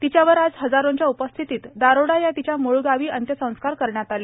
तिच्यावर आज हजारोंच्या उपस्थितीत दारोडा या तिच्या मूळगावी अंत्यसंस्कार करण्यात आले